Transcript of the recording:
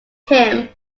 him